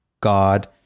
God